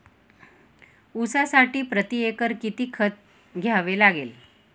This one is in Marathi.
ऊसासाठी प्रतिएकर किती खत द्यावे लागेल?